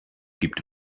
gibt